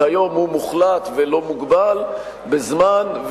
שהיום הוא מוחלט ולא מוגבל בזמן,